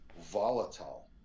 volatile